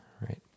right